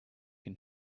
can